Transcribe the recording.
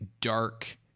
dark